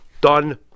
Done